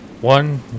One